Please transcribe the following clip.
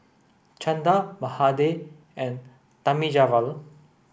Chanda Mahade and Thamizhavel